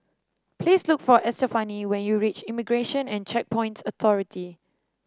please look for Estefani when you reach Immigration and Checkpoints Authority